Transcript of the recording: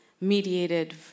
mediated